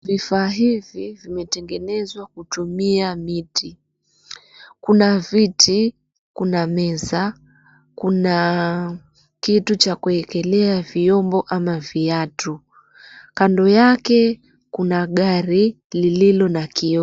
Vifaa hivi vimetengenezwa kutumia miti: kuna viti, kuna meza, kuna kitu cha kuekelea vyombo ama viatu. Kando yake kuna gari lililo na kioo.